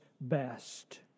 best